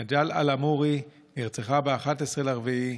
נג'לאא אלעמורי נרצחה ב-11 באפריל.